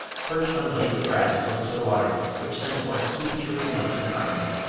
perched on blades of grass close to the water, which sent forth sweet chirping notes in harmony.